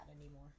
anymore